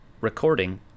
Recording